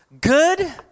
good